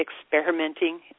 experimenting